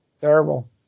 terrible